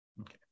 Okay